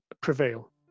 prevail